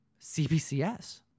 CBCS